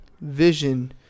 vision